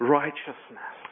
righteousness